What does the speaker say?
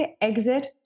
exit